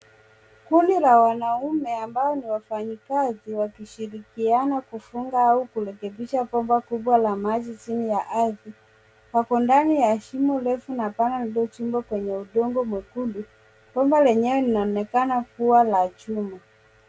Kundi la wanaume ambao ni wafanyakazi wakishirikiana kufunga au kurekebisha bomba kubwa la maji chini ya ardhi. Wake ndani ya shimo refu na pana lililochimbwa kwenye udongo mwekundu. Bomba lenyewe linaonekana kuwa la chuma.